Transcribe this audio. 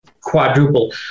quadruple